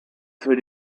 für